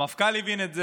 המפכ"ל הבין את זה,